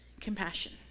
compassion